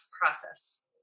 process